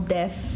Death